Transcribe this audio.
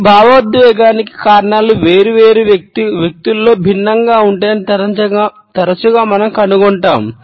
ఈ భావోద్వేగానికి కారణాలు వేర్వేరు వ్యక్తులలో భిన్నంగా ఉంటాయని తరచుగా మనం కనుగొంటాము